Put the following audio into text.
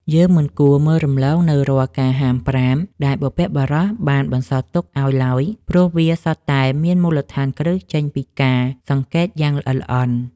យើងមិនគួរមើលរំលងនូវរាល់ការហាមប្រាមដែលបុព្វបុរសបានបន្សល់ទុកឱ្យឡើយ ព្រោះវាសុទ្ធតែមានមូលដ្ឋានគ្រឹះចេញពីការសង្កេតយ៉ាងល្អិតល្អន់។